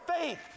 faith